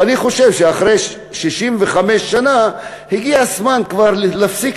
ואני חושב שאחרי 65 שנה כבר הגיע הזמן להפסיק